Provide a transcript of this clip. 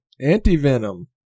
Anti-Venom